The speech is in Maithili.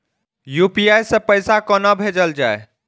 यू.पी.आई सै पैसा कोना भैजल जाय?